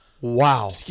Wow